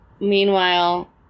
Meanwhile